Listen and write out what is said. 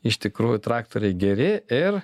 iš tikrųjų traktoriai geri ir